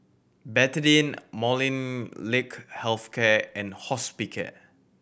Betadine Molnylcke Health Care and Hospicare